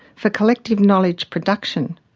for collective knowledge production,